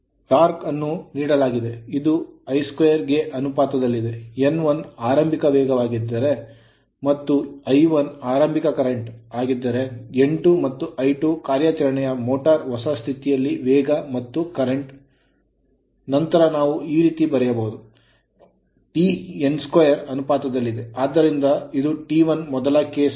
Torque torque ಅನ್ನು ನೀಡಲಾಗಿದೆ ಇದು I2 ಗೆ ಅನುಪಾತದಲ್ಲಿದೆ n1 ಆರಂಭಿಕ ವೇಗವಾಗಿದ್ದರೆ ಮತ್ತು I1 ಆರಂಭಿಕ current ಕರೆಂಟ್ ಗಿದ್ದರೆ n2 ಮತ್ತು I2 ಕಾರ್ಯಾಚರಣೆಯ motor ಮೋಟರ್ ಹೊಸ ಸ್ಥಿತಿಯಲ್ಲಿ ವೇಗ ಮತ್ತು current ಕರೆಂಟ್ ಗಿದ್ದರೆ ನಂತರ ನಾವು ಈ ರೀತಿ ಬರೆಯಬಹುದು ಏಕೆಂದರೆ T n square ಚೌಕಕ್ಕೆ ಅನುಪಾತದಲ್ಲಿದೆ